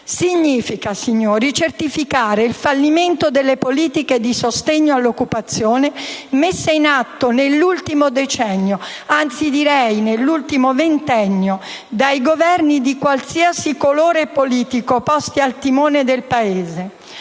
significa, signori, certificare il fallimento delle politiche di sostegno all'occupazione messe in atto nell'ultimo decennio, anzi nell'ultimo ventennio, dai Governi di qualsiasi colore politico posti al timone del Paese.